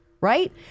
right